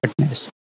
fitness